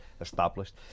established